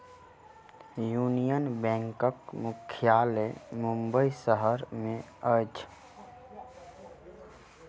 union बैंकक मुख्यालय मुंबई शहर में अछि